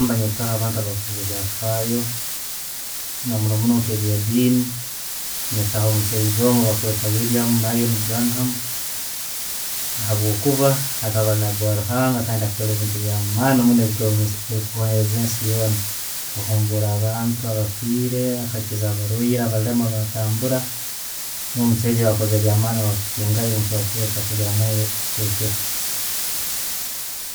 Nebanyetaho abantu abakozere ebyafaayo, namunomuno nke byedini, natahaho omusaijja omu bamweta william marie branham, habwokuba hakaba no gwaruhanga kandi nakora ebintu ebyamaani muno ebikwewunyisa ebikwewunyisa ensi yoona. Akahumbura abantu abafiire, akakiiza abarwaire, abaleema batambura, nuwe omusaija ayakozere ebyamani ebikusingayo gwekusobora kulya naawe ekyekiro.